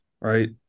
right